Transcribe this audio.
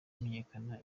bamenyekana